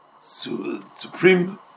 Supreme